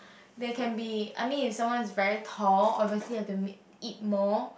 they can be I mean if someone is very tall obviously have to ma~ eat more